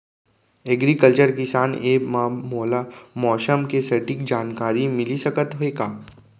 Agriculture किसान app मा मोला मौसम के सटीक जानकारी मिलिस सकत हे का?